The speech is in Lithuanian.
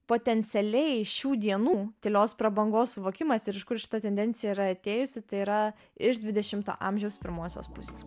potencialiai šių dienų tylios prabangos suvokimas ir iš kur šita tendencija yra atėjusi tai yra iš dvidešimto amžiaus pirmosios pusės